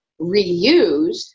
reuse